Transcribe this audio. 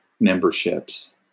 memberships